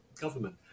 government